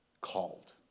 called